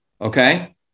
okay